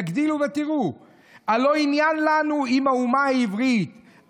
תגדילו ותראו: "הלוא עניין לנו עם האומה העברית,